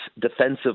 defensive